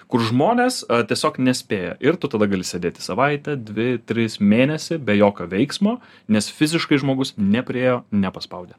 kur žmonės a tiesiog nespėja ir tu tada gali sėdėti savaitę dvi tris mėnesį be jokio veiksmo nes fiziškai žmogus nepriėjo nepaspaudė